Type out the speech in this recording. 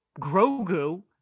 Grogu